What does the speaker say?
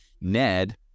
Ned